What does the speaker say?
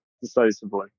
decisively